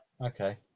Okay